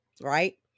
right